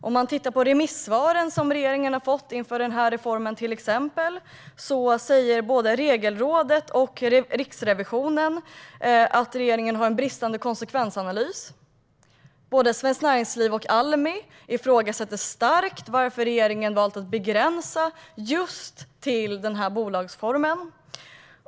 Om man tittar på de remissvar som regeringen har fått inför reformen ser man att både Regelrådet och Riksrevisionen säger att regeringen har en bristande konsekvensanalys. Såväl Svenskt Näringsliv som Almi ifrågasätter starkt att regeringen har valt att begränsa det till just denna bolagsform.